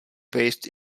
based